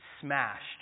smashed